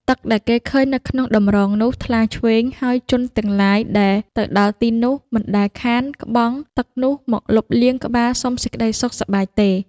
ទឹកដែលគេឃើញនៅក្នុងតម្រងនោះ ថ្លាឆ្វេង ហើយជន់ទាំងឡាយដែលទៅដល់ទីនោះ មិនដែលខានក្បង់ ទឹកនោះ មកលុបលាងក្បាលសុំសេចក្តីសុខសប្បាយទេ ។